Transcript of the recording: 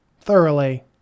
Thoroughly